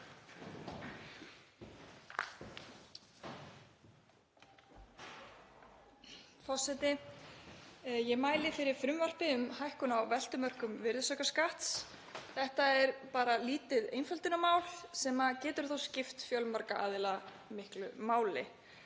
Forseti. Ég mæli fyrir frumvarpi um hækkun á veltumörkum virðisaukaskatts. Þetta er lítið einföldunarmál sem getur þó skipt fjölmarga aðila miklu máli.